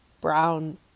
brown